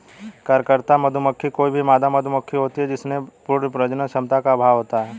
कार्यकर्ता मधुमक्खी कोई भी मादा मधुमक्खी होती है जिसमें पूर्ण प्रजनन क्षमता का अभाव होता है